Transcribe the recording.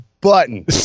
button